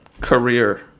career